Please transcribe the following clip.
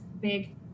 big